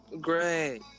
Great